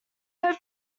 hope